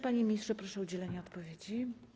Panie ministrze, proszę o udzielenie odpowiedzi.